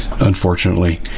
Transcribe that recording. Unfortunately